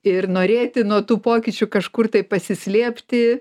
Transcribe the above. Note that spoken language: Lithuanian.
ir norėti nuo tų pokyčių kažkur tai pasislėpti